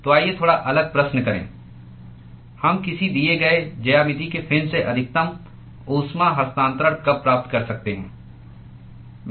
तो आइए थोड़ा अलग प्रश्न करें हम किसी दिए गए ज्यामिति के फिन से अधिकतम ऊष्मा हस्तांतरण कब प्राप्त कर सकते हैं